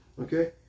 Okay